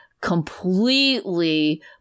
completely